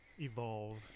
evolve